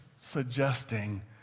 suggesting